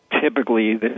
Typically